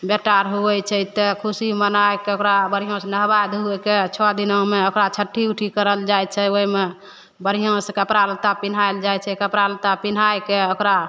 बेटा आर होइ छै तऽ खुशी मनाइ कऽ ओकरा बढ़िऑंसॅं नहबा धोइ कऽ छओ दिनामे ओकरा छट्ठी उट्ठी करल जाइ छै ओहिमे बढ़िऑंसॅं कपड़ा लत्ता पिन्हाएल जाइ छै कपड़ा लत्ता पिन्हाइ कऽ ओकरा